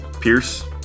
Pierce